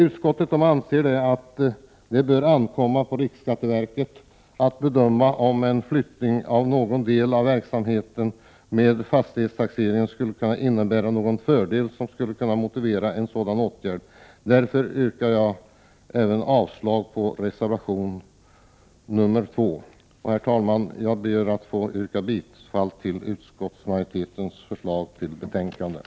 Utskottet anser att det bör ankomma på riksskatteverket att bedöma om en flyttning av någon del av verksamheten med fastighetstaxering skulle kunna innebära några fördelar som skulle motivera en sådan åtgärd. Jag yrkar därför avslag på reservation 2: Herr talman! Jag ber att få yrka bifall till utskottsmajoritetens förslag i betänkandet.